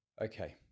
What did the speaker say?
Okay